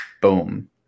boom